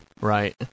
Right